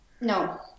No